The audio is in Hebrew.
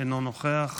אינו נוכח,